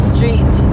Street